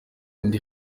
ndi